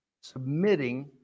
Submitting